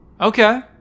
Okay